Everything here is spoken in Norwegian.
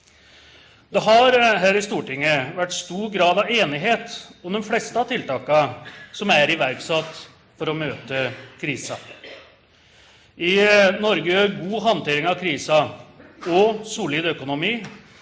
vært stor grad av enighet om de fleste av tiltakene som er iverksatt for å møte krisen. I Norge gjør god håndtering av krisen og solid økonomi